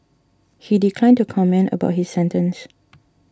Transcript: he declined to comment about his sentence